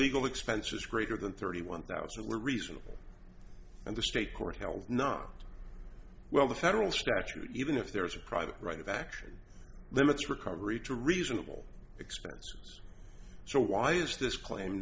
legal expenses greater than thirty one thousand were reasonable and the state court held not well the federal statute even if there is a private right of action limits recovery to reasonable expense so why is this claim